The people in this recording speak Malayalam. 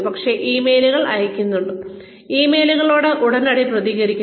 പക്ഷേ ഇമെയിലുകൾ അയയ്ക്കുന്നു ഇമെയിലുകളോട് ഉടനടി പ്രതികരിക്കുന്നു